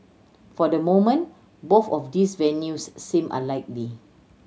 for the moment both of those venues seem unlikely